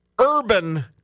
urban